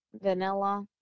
vanilla